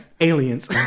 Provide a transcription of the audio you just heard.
Aliens